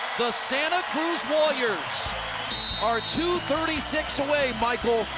the santa cruz warriors are two thirty six away, michael,